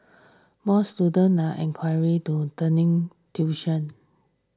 more inquire to turning tuition